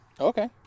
Okay